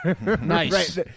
Nice